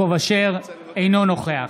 אינו נוכח